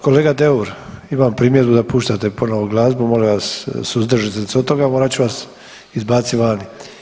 Kolega Deur, imam primjedbu da puštate ponovo glazbu, molim vas, suzdržite se od toga, morat ću vas izbacit vani.